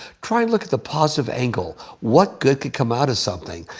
try and look at the positive angle, what good could come out of something,